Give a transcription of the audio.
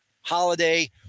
holiday